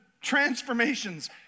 transformations